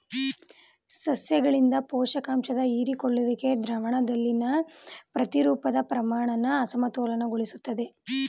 ಸಸ್ಯಗಳಿಂದ ಪೋಷಕಾಂಶದ ಹೀರಿಕೊಳ್ಳುವಿಕೆ ದ್ರಾವಣದಲ್ಲಿನ ಪ್ರತಿರೂಪದ ಪ್ರಮಾಣನ ಅಸಮತೋಲನಗೊಳಿಸ್ತದೆ